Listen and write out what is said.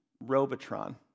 robotron